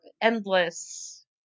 endless